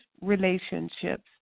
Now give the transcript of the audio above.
relationships